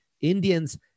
Indians